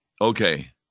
Okay